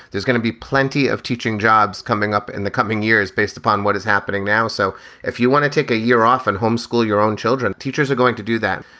there's going to be plenty of teaching jobs coming up in the coming years based upon what is happening now. so if you want to take a year off and homeschool your own children, teachers are going to do that.